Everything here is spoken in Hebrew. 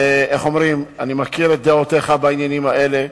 אני מכיר את דעותיך בעניינים האלה,